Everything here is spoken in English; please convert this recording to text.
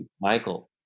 Michael